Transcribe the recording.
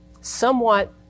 somewhat